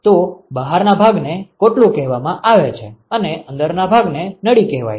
તો બહારના ભાગ ને કોટલું કહેવામાં આવે છે અને અંદરના ભાગને નળી કહેવાય છે